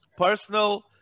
personal